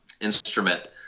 instrument